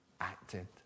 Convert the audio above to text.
acted